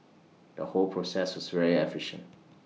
the whole process was very efficient